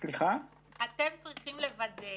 אתם צריכים לוודא